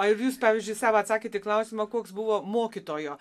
ar ir jūs pavyzdžiui sau atsakėt į klausimą koks buvo mokytojo